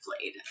played